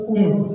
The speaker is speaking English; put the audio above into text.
yes